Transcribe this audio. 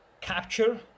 capture